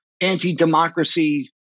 anti-democracy